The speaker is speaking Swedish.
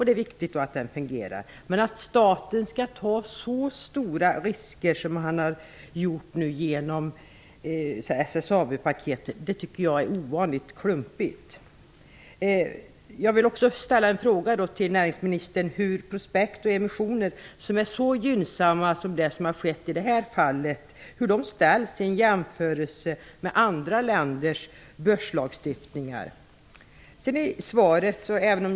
Det är viktigt att den fungerar. Men jag tycker att det är ovanligt klumpigt att staten skall ta så stora risker som SSAB-paketet innebär. Hur kan prospekt och emissioner, som är så gynsamma som i det här fallet, jämföras med andra länders börslagstiftningar?